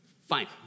fine